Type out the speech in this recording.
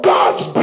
God's